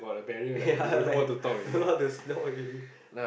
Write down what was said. ya like don't know how to talk already